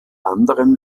anderem